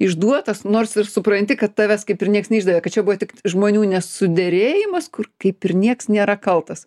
išduotas nors ir supranti kad tavęs kaip ir nieks neišdavė kad čia buvo tik žmonių nesuderėjimas kur kaip ir nieks nėra kaltas